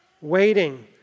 Waiting